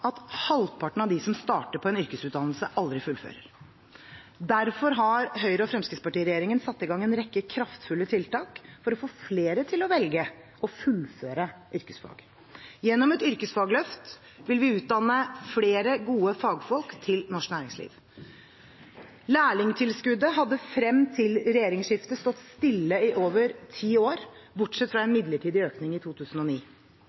at halvparten av dem som starter på en yrkesutdannelse, aldri fullfører. Derfor har Høyre–Fremskrittsparti-regjeringen satt i gang en rekke kraftfulle tiltak for å få flere til å velge – og fullføre – yrkesfag. Gjennom et yrkesfagløft vil vi utdanne flere gode fagfolk til norsk næringsliv. Lærlingtilskuddet hadde frem til regjeringsskiftet stått stille i over ti år, bortsett fra en midlertidig økning i 2009.